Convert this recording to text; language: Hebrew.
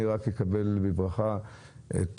אני מקבל בברכה את